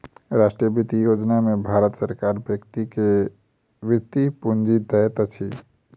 राष्ट्रीय वृति योजना में भारत सरकार व्यक्ति के वृति पूंजी दैत अछि